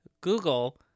Google